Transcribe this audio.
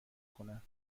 کنند